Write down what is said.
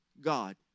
God